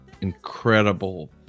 incredible